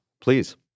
please